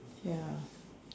ya